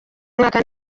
umwaka